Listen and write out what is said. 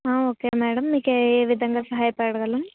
ఆ okay madam మీకు ఏ ఏ విధంగా సహాయపడగలను